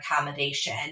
accommodation